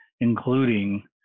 including